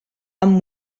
amb